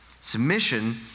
Submission